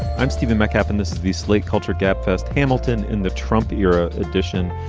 i'm stephen mocap and this is the slate culture gabfest, hamilton in the trump era edition.